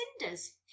Cinders